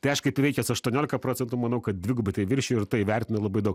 tai aš kaip įveikęs aštuoniolika procentų manau kad dvigubai tai viršiju ir tai vertinu labai daug